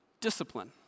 discipline